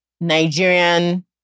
Nigerian